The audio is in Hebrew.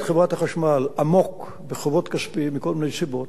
חברת החשמל עמוק בחובות כספיים מכל מיני סיבות,